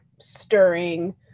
stirring